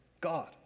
God